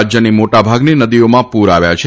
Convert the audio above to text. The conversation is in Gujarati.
રાજ્યની મોટાભાગની નદીઓમાં પૂર આવ્યા છે